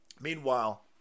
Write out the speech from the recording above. Meanwhile